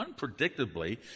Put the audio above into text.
unpredictably